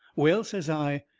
well, says i,